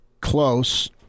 close